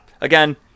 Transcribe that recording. again